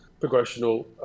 progressional